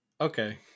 Okay